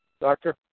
Doctor